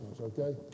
okay